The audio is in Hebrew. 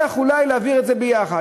אולי נצליח להעביר את זה יחד.